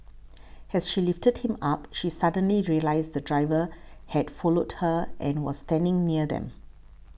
as she lifted him up she suddenly realised the driver had followed her and was standing near them